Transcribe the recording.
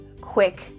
quick